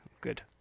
Good